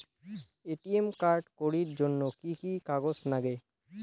ATM card করির জন্যে কি কি কাগজ নাগে?